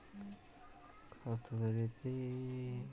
এখল অথ্থলিতি মলতিরি আমাদের দ্যাশের হচ্ছেল লির্মলা সীতারামাল